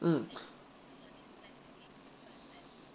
mm